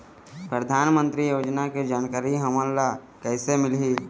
परधानमंतरी योजना के जानकारी हमन ल कइसे मिलही?